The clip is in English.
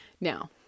Now